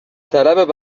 طلب